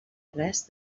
res